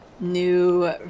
New